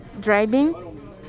driving